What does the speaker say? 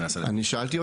אני שאלתי אותה.